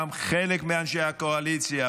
גם חלק מאנשי הקואליציה,